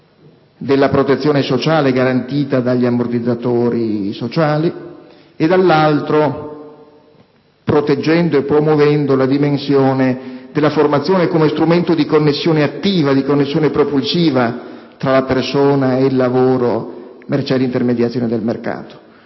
della protezione sociale garantita dagli ammortizzatori sociali e, dall'altro, proteggendo e promuovendo la dimensione della formazione come strumento di connessione attiva e propulsiva tra la persona e il lavoro, mercé l'intermediazione del mercato,